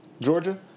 Georgia